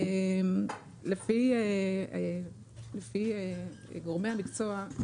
לפי גורמי המקצוע,